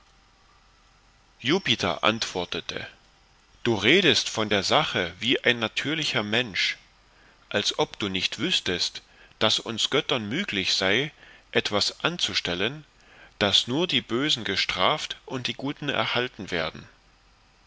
jupiter antwortete du redest von der sache wie ein natürlicher mensch als ob du nicht wüßtest daß uns göttern müglich sei etwas anzustellen daß nur die bösen gestraft und die guten erhalten werden